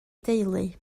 deulu